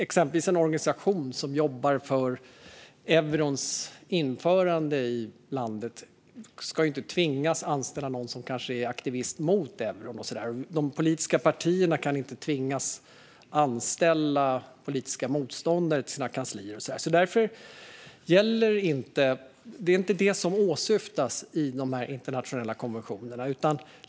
Exempelvis ska en organisation som jobbar för eurons införande i landet inte tvingas anställa någon som kanske är aktivist mot euron och så vidare. De politiska partierna kan inte heller tvingas anställa politiska motståndare till sina kanslier. Det är inte detta som åsyftas i de internationella konventionerna.